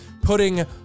putting